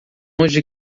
longe